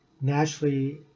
naturally